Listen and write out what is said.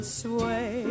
sway